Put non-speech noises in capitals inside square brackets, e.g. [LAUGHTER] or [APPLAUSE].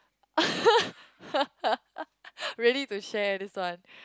[NOISE] ready to share this one